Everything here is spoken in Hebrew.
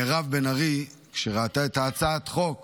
מירב בן ארי, שראתה את הצעת החוק